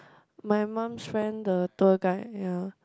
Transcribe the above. my mum's friend the tour guide ya